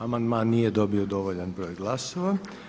Amandman nije dobio dovoljan broj glasova.